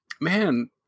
man